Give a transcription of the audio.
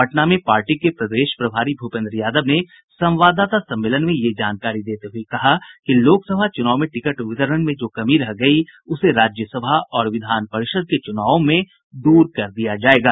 पटना में पार्टी के प्रदेश प्रभारी भूपेंद्र यादव ने संवाददाता सम्मेलन में ये जानकारी देते हुये कहा कि लोकसभा चुनाव में टिकट वितरण में जो कमी रह गयी उसे राज्यसभा और विधान परिषद के चुनावों में दूर कर दिया जायेगा